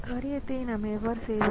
நிலைமை இவ்வாறு இருக்கின்றது